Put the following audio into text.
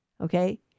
Okay